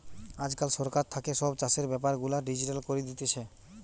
আজকাল সরকার থাকে সব চাষের বেপার গুলা ডিজিটাল করি দিতেছে